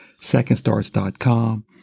secondstarts.com